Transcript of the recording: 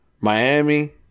Miami